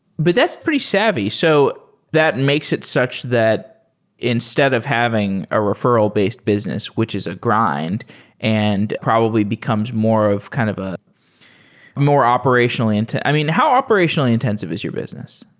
but that's pretty savvy. so that makes it such that instead of having a referral based business, which is a grind and probably becomes more of kind of ah more operationally i mean, how operationally-intensive is your business?